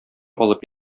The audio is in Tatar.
алып